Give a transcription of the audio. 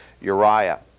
Uriah